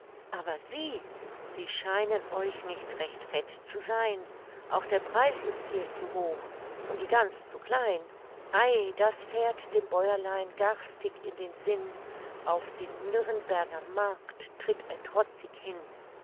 aber wie sie scheinen euch nicht recht fett zu sein auch der preis ist viel zu hoch und die gans zu klein ei das fährt dem bäuerlein garstig in den sinn auf den nürrenberger markt tritt er trotzig hin